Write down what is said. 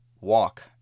walk